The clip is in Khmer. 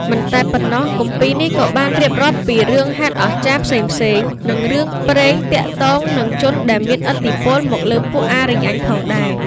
មិនតែប៉ុណ្ណោះ គម្ពីរនេះក៏បានរៀបរាប់ពី រឿងហេតុអស្ចារ្យ ផ្សេងៗ និង រឿងព្រេង ទាក់ទងនឹងជនដែលមានឥទ្ធិពលមកលើពួកអារ្យ័នផងដែរ។